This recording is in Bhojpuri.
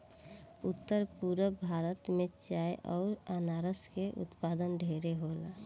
उत्तर पूरब भारत में चाय अउर अनारस के उत्पाद ढेरे होला